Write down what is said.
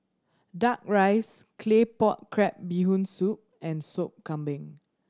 Duck Rice Claypot Crab Bee Hoon Soup and Sop Kambing